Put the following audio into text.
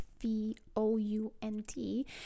v-o-u-n-t